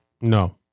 No